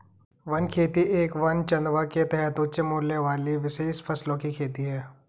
one खेती एक वन चंदवा के तहत उच्च मूल्य वाली विशेष फसलों की खेती है